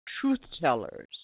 truth-tellers